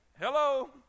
Hello